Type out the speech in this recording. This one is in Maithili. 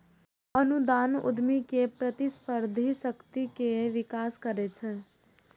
अनुदान उद्यमी केर प्रतिस्पर्धी शक्ति केर विकास करै छै